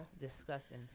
disgusting